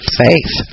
faith